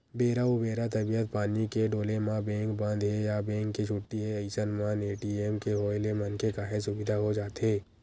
बेरा उबेरा तबीयत पानी के डोले म बेंक बंद हे या बेंक के छुट्टी हे अइसन मन ए.टी.एम के होय ले मनखे काहेच सुबिधा हो जाथे